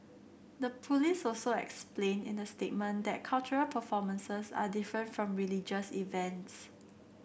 the police also explained in the statement that cultural performances are different from religious events